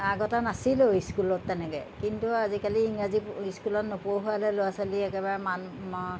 আগতে নাছিলোঁ ইস্কুলত তেনেকৈ কিন্তু আজিকালি ইংৰাজী ইস্কুলত নোপঢ়োৱালে ল'ৰা ছোৱালী একেবাৰে মান